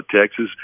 Texas